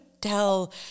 tell